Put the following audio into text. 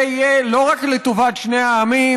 זה יהיה לא רק לטובת שני העמים,